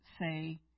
say